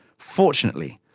fortunately,